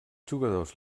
jugadors